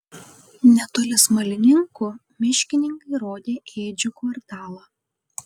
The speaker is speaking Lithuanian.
netoli smalininkų miškininkai rodė ėdžių kvartalą